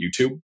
YouTube